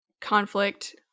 conflict